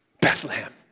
Bethlehem